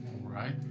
right